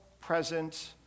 present